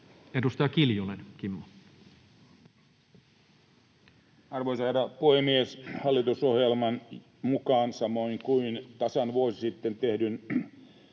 Edustaja Kiljunen, Kimmo. Arvoisa herra puhemies! Hallitusohjelman mukaan samoin kuin tasan vuosi sitten tehdyn